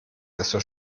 desto